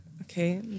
Okay